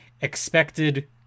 expected